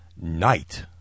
Night